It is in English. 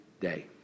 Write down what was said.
day